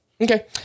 Okay